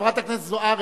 חברת הכנסת זוארץ,